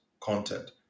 content